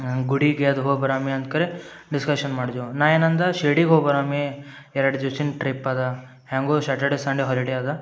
ಗುಡಿಗೆ ಅದು ಹೋಗಿ ಬರಮಿ ಅಂತ್ಕರೆ ಡಿಸ್ಕಶನ್ ಮಾಡ್ದೆವು ನಾ ಏನಂದ ಶಿರ್ಡಿಗೆ ಹೋಗಿ ಬರಮಿ ಎರಡು ದಿವ್ಸಿನ ಟ್ರಿಪ್ ಅದ ಹೇಗೂ ಶ್ಯಾಟರ್ಡೇ ಸಂಡೇ ಹಾಲಿಡೇ ಅದ